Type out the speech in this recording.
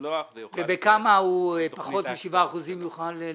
לצלוח ויוכל --- ובכמה פחות מ-7% הוא יוכל לצלוח?